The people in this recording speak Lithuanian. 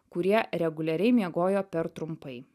kurie reguliariai miegojo per trumpai